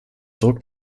druck